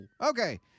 okay